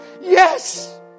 Yes